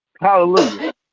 Hallelujah